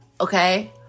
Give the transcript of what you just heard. Okay